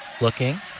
looking